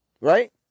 right